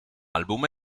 album